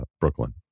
Brooklyn